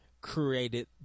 created